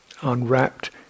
unwrapped